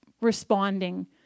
responding